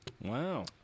Wow